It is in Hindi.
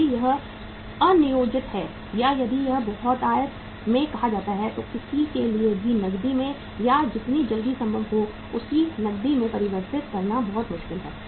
यदि यह अनियोजित है या यदि यह बहुतायत में कहा जाता है तो किसी के लिए भी नकदी में या जितनी जल्दी संभव हो उसे नकदी में परिवर्तित करना बहुत मुश्किल होगा